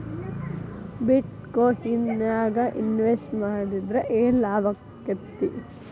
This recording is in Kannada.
ಬಿಟ್ ಕೊಇನ್ ನ್ಯಾಗ್ ಇನ್ವೆಸ್ಟ್ ಮಾಡಿದ್ರ ಯೆನ್ ಲಾಭಾಕ್ಕೆತಿ?